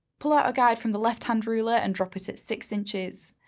pull out a guide from the left hand ruler and drop it at six inches.